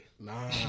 Nah